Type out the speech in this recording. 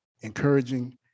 encouraging